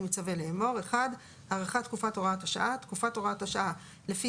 אני מצווה לאמור: הארכת תקופת הוראת השעה תקופת הוראת השעה לפי